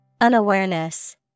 Unawareness